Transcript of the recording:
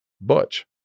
butch